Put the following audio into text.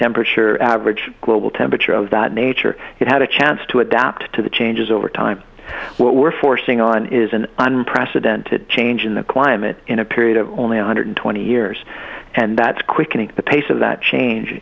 temperature average global temperature of that nature it had a chance to adapt to the changes over time what we're forcing on is an unprecedented change in the climate in a period of only one hundred twenty years and that's quickening the pace of that change